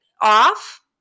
off